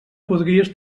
podries